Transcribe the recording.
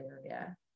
area